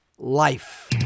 Life